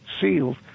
sealed